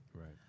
Right